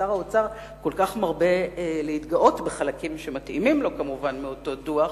ששר האוצר כל כך מרבה להתגאות בחלקים שמתאימים לו כמובן מאותו דוח,